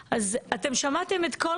ואני אגיד את זה גם כן,